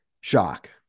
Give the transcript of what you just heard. shock